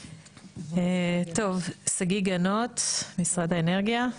שגיא גנות, משרד האנרגיה.